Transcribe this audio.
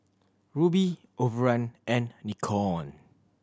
Rubi Overrun and Nikon